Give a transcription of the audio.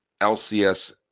LCS